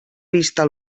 vista